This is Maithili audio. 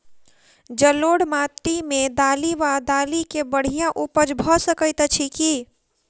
जलोढ़ माटि मे दालि वा दालि केँ बढ़िया उपज भऽ सकैत अछि की?